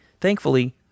Thankfully